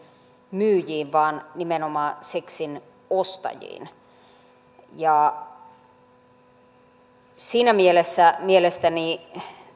myyjiin vaan nimenomaan seksin ostajiin siinä mielessä mielestäni